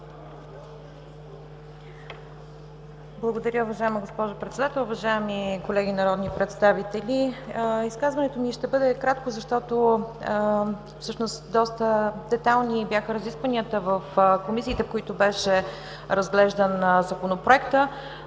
Благодаря, уважаема госпожо Председател. Уважаеми колеги народни представители! Изказването ми ще бъде кратко, защото всъщност доста детайлни бяха разискванията в комисиите, в които беше разглеждан Законопроектът.